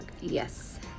Yes